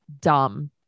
dumb